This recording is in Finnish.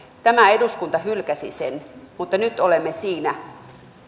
tämä eduskunta hylkäsi sen mutta nyt olemme siinä